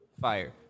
fire